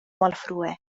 malfrue